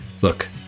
Look